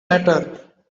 matter